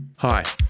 Hi